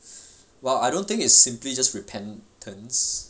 well I don't think it's simply just repentance